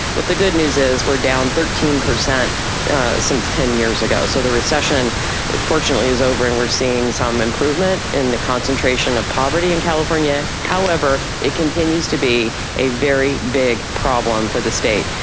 but the good news is we're down thirteen percent since ten years ago, so the recession fortunately is over and we're seeing some improvement in the concentration of poverty in california. however, it continues to be a very big problem for the state.